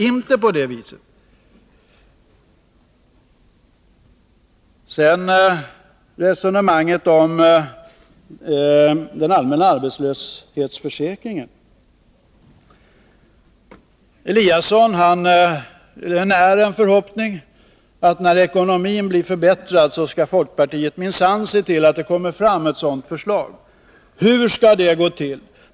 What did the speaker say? Ingemar Eliasson när en förhoppning att folkpartiet minsann skall se till att det kommer fram förslag om förbättringar när ekonomin blir förbättrad. Men hur skall det gå till?